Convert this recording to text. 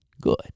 Good